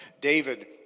David